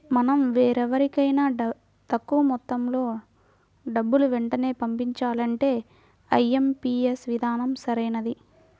మనం వేరెవరికైనా తక్కువ మొత్తంలో డబ్బుని వెంటనే పంపించాలంటే ఐ.ఎం.పీ.యస్ విధానం సరైనది